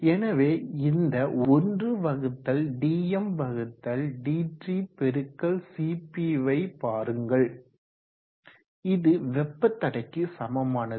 எனவே இந்த 1dmdt×cp வை பாருங்கள் இது வெப்ப தடைக்கு சமமானது